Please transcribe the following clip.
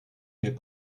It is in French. mais